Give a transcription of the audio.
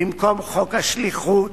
במקום חוק השליחות,